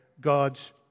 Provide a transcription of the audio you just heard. God's